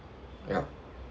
yup